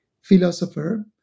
philosopher